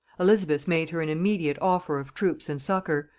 elizabeth made her an immediate offer of troops and succour,